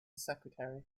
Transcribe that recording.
secretary